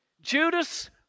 Judas